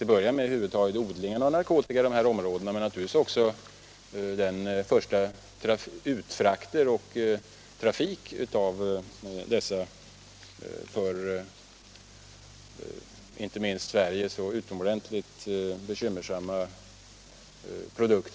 att börja med odlandet av narkotikaväxter i dessa områden men sedan naturligtvis också utfraktningen och vidareforslandet av dessa för inte minst Sverige så utomordentligt bekymmersamma produkter.